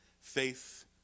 faith